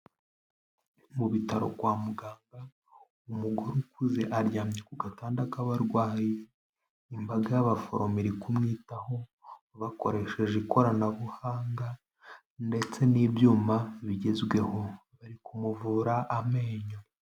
Mu bitaro kwa muganga umugore ukuze aryamye ku gatanda k'abarwayi, imbaga y'abaforomo iri kumwitaho, bakoresheje ikoranabuhanga ndetse n'ibyuma bigezweho bari kumuvura amenyo.